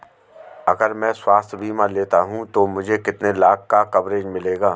अगर मैं स्वास्थ्य बीमा लेता हूं तो मुझे कितने लाख का कवरेज मिलेगा?